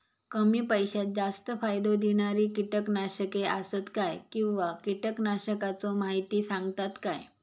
कमी पैशात जास्त फायदो दिणारी किटकनाशके आसत काय किंवा कीटकनाशकाचो माहिती सांगतात काय?